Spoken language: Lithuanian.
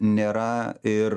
nėra ir